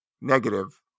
negative